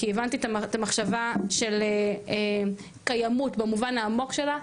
כי הבנתי את המחשבה של קיימות במובן העמוק שלה,